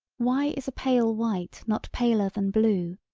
why is a pale white not paler than blue,